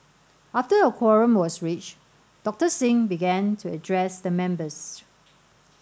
after a quorum was reached Doctor Singh began to address the members